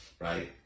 right